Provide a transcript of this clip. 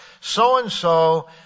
so-and-so